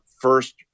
first